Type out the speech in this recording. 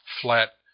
flat